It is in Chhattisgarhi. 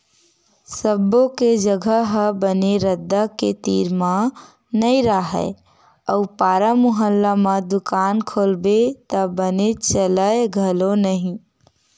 सब्बो के जघा ह बने रद्दा के तीर म नइ राहय अउ पारा मुहल्ला म दुकान खोलबे त बने चलय घलो नहि